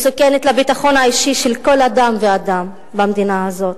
מסוכנת לביטחון האישי של כל אדם ואדם במדינה הזאת,